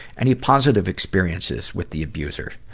any positive experiences with the abuser?